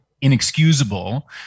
inexcusable